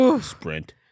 Sprint